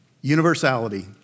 Universality